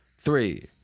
Three